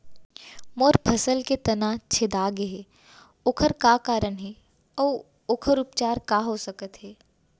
मोर फसल के तना छेदा गेहे ओखर का कारण हे अऊ ओखर उपचार का हो सकत हे?